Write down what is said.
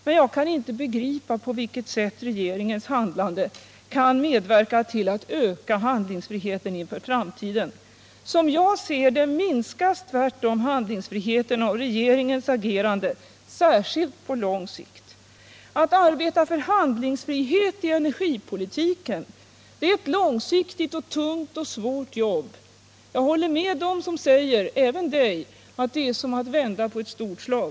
Men jag kan inte begripa på vilket sätt regeringens handlande kan medverka till att öka handlingsfriheten inför framtiden. Som jag ser det minskas tvärtom handlingsfriheten genom regeringens agerande, särskilt på lång sikt. Att arbeta för handlingsfrihet i energipolitiken innebär ett långsiktigt, tungt och svårt jobb. Jag håller med dem som säger — i det här fallet även dig — att det är som att vända på ett stort slagskepp.